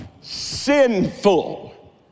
sinful